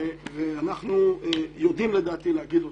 ואנחנו יודעים לדעתי להגיד אותם.